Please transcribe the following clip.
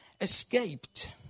escaped